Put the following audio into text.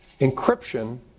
encryption